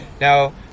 Now